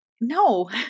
no